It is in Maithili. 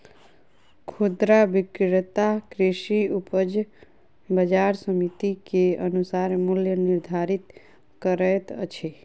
खुदरा विक्रेता कृषि उपज बजार समिति के अनुसार मूल्य निर्धारित करैत अछि